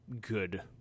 good